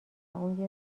اون